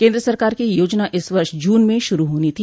केन्द्र सरकार की यह योजना इस वर्ष जून में शुरू होनी थी